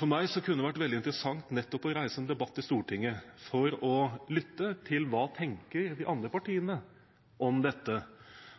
For meg kunne det vært veldig interessant å reise en debatt i Stortinget nettopp for å lytte til hva de andre partiene tenker om dette,